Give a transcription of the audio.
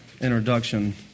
introduction